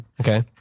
Okay